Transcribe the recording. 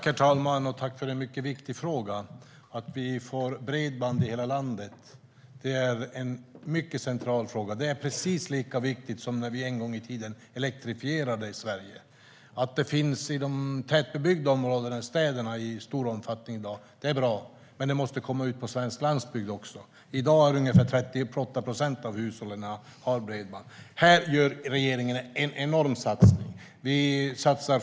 Herr talman! Tack för en viktig fråga! Att vi får bredband i hela landet är mycket centralt. Det är precis lika viktigt som när vi en gång i tiden elektrifierade Sverige. Att det i stor omfattning finns bredband i tätbebyggda områden och i städer är bra. Men det måste komma ut också på svensk landsbygd. I dag är det ungefär 38 procent av hushållen som har tillgång till bredband. Här gör regeringen en enorm satsning.